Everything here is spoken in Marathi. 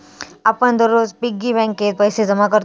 आपण दररोज पिग्गी बँकेत पैसे जमा करतव